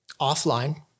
offline